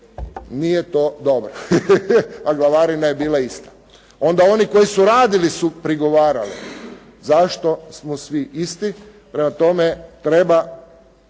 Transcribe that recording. Nije to dobro, a glavarina je bila ista. Onda oni koji su radili su prigovarali, zašto smo svi isti, prema tome treba,